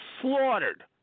slaughtered